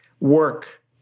work